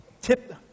tip